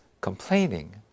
complaining